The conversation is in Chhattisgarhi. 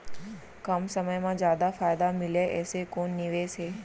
कम समय मा जादा फायदा मिलए ऐसे कोन निवेश हे?